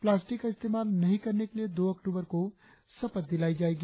plastic का इस्तेमाल नहीं करने के लिए दो अक्टूबर को शपथ दिलाई जाएगी